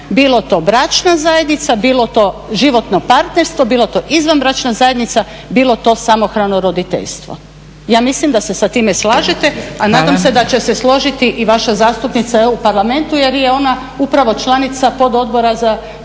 bilo to bračna zajednica, bilo to životno partnerstvo, bilo to izvanbračna zajednica, bilo to samohrano roditeljstvo. Ja mislim da se sa time slažete a nadam se da će se složiti i vaša zastupnica u EU parlamentu jer je ona upravo članica pododbora za